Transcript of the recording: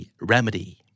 Remedy